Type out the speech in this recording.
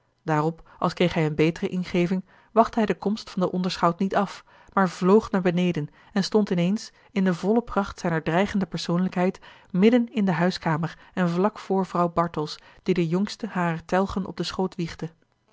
daarop als kreeg hij een betere ingeving wachtte hij de komst van den onderschout niet af maar vloog naar beneden en stond ineens in de volle kracht zijner dreigende persoonlijkheid midden in de huiskamer en vlak voor vrouw bartels die de jongste harer telgen op den schoot